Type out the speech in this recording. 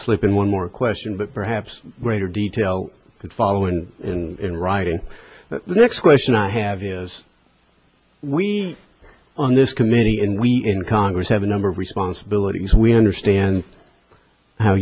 sleep in one more question but perhaps greater detail could follow in writing the next question i have is we on this committee and we in congress have a number of responsibilities we understand how